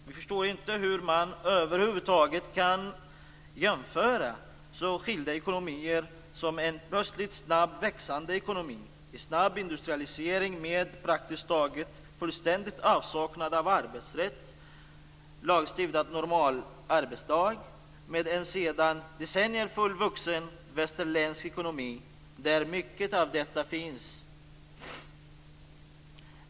Vi förstår inte hur man över huvud taget kan jämföra så skilda ekonomier som en plötsligt snabbt växande ekonomi i snabb industrialisering med praktiskt taget fullständig avsaknad av arbetsrätt och lagstiftad normalarbetsdag med en sedan decennier fullvuxen västerländsk ekonomi där mycket av detta finns.